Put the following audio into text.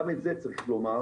גם את זה צריך לומר,